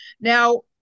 Now